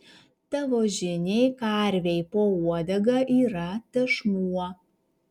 tavo žiniai karvei po uodega yra tešmuo